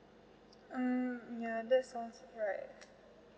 mm ya that's sound right